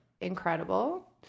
incredible